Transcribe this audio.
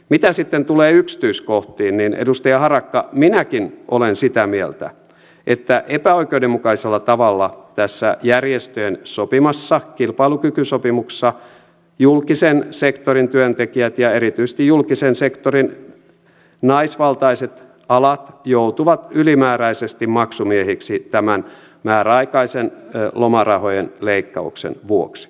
mitä sitten tulee yksityiskohtiin edustaja harakka minäkin olen sitä mieltä että epäoikeudenmukaisella tavalla tässä järjestöjen sopimassa kilpailukykysopimuksessa julkisen sektorin työntekijät ja erityisesti julkisen sektorin naisvaltaiset alat joutuvat ylimääräisesti maksumiehiksi tämän määräaikaisen lomarahojen leikkauksen vuoksi